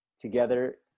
together